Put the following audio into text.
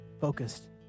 focused